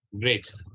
Great